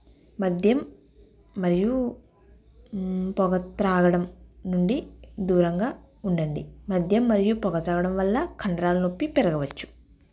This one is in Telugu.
మద్యం మరియు పొగ త్రాగడం నుండి దూరంగా ఉండండి మద్యం పొగ త్రాగడం వల్ల కండరాల నొప్పి పెరగవచ్చు